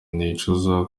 nicuza